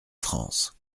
france